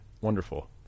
wonderful